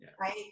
right